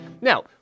Now